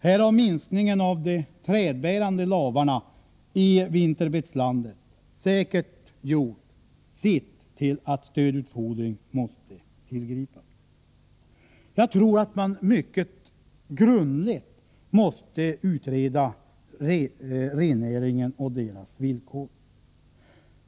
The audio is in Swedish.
Här har minskningen av de träbärande lavarna i vinterbeteslandet säkert gjort sitt till för att stödutfordring måste tillgripas. Jag tror att man mycket grundligt måste utreda rennäringen och dess villkor.